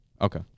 Okay